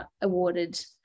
awarded